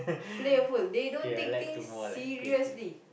playful they don't take things seriously